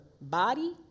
body